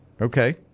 Okay